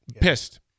Pissed